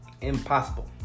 impossible